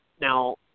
Now